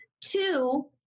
Two